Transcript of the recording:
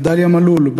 ודליה מלול,